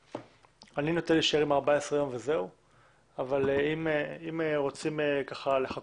אני נוטה להישאר עם ה-14 ימים אבל אם רוצים לחכות